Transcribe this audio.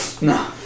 No